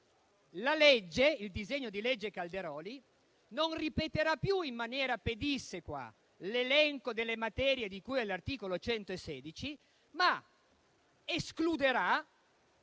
emendamento, il disegno di legge Calderoli non ripeterà più in maniera pedissequa l'elenco delle materie di cui all'articolo 116, ma escluderà